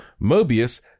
Mobius